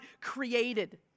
created